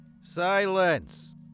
Silence